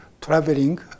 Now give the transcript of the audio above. traveling